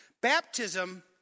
Baptism